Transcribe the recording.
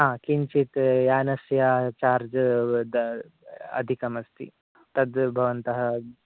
आम् किञ्चिद् यानस्य चार्ज् अधिकम् अस्ति तत् भवन्तः